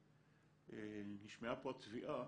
ונשמעה פה התביעה